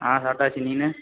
ஆ சாப்பிடாச்சு நீ